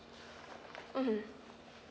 mmhmm